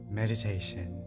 meditation